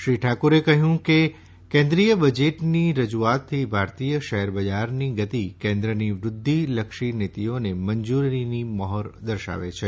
શ્રી ઠાકુરે કહ્યું કે કેન્દ્રિય બજેટની રજૂઆતથી ભારતીય શેરબજારની ગતિ કેન્દ્રની વૃદ્ધિલક્ષી નીતિઓને મંજૂરીની મહોર દર્શાવે છે